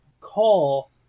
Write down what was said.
call